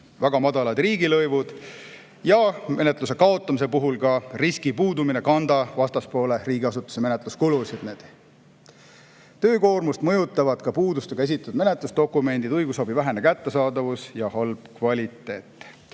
väga madalad riigilõivud ja ka see, et menetluse kaotamise puhul puudub risk kanda vastaspoole ehk riigiasutuse menetluskulusid. Töökoormust mõjutavad ka puudustega esitatud menetlusdokumendid, õigusabi vähene kättesaadavus ja halb kvaliteet.